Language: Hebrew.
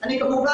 האם עשיתם את זה,